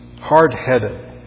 Hard-headed